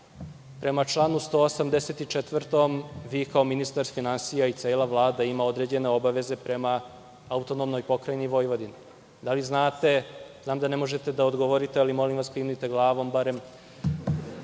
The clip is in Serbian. prema članu 184. vi, kao ministar finansija, i cela Vlada imate određene obaveze prema AP Vojvodina? Da li znate, znam da ne možete da odgovorite, ali molim vas klimnite glavom barem,